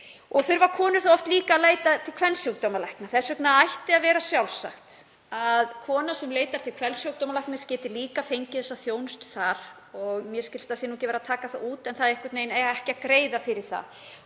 og þurfa konur þá oft líka að leita til kvensjúkdómalækna. Þess vegna ætti að vera sjálfsagt að kona sem leitar til kvensjúkdómalæknis geti líka fengið þessa þjónustu þar, mér skilst að ekki sé verið að taka það út, en það eigi einhvern veginn ekki að greiða fyrir það.